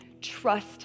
trust